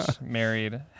married